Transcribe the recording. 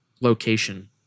location